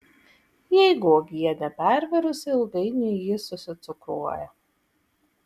jeigu uogienė pervirusi ilgainiui ji susicukruoja